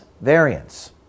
variants